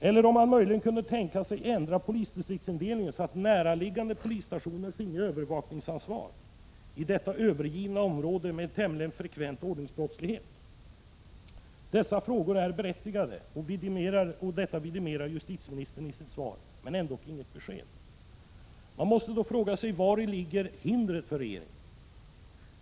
Eller vore det möjligt att ändra polisdistriktsindelningen, så att näraliggande polisstationer fick övervakningsansvar, i detta ”övergivna” område med tämligen frekvent ordningsbrottslighet? Dessa frågor är berättigade, vilket justitieministern vidimerar i sitt svar, men han ger ändock inget besked. Man måste fråga sig vari hindret för regeringen ligger.